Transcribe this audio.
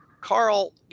Carl